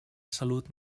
salut